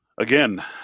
Again